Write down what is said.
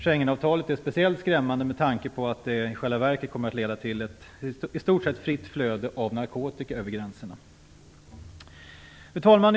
Schengenavtalet är speciellt skrämmande med tanke på att det i själva verket kommer att leda till i stort sett fritt flöde av narkotika över gränserna. Fru talman!